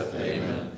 Amen